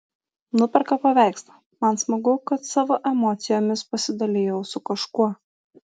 nuperka paveikslą man smagu kad savo emocijomis pasidalijau su kažkuo